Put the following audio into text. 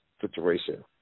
situation